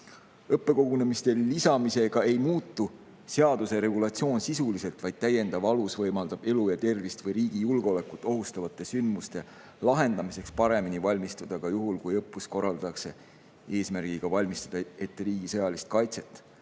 Õppekogunemiste lisamisega ei muutu seaduse regulatsioon sisuliselt, vaid täiendav alus võimaldab elu ja tervist või riigi julgeolekut ohustavate sündmuste lahendamiseks paremini valmistuda ka juhul, kui õppus korraldatakse eesmärgiga valmistada ette riigi sõjalist kaitset.